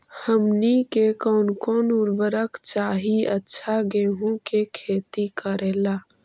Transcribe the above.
हमनी के कौन कौन उर्वरक चाही अच्छा गेंहू के खेती करेला?